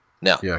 Now